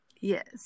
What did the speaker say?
Yes